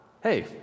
Hey